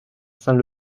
saint